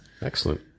Excellent